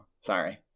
sorry